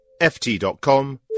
ft.com